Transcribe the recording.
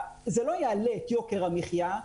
זה לא יעלה את יוקר המחיה.